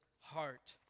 heart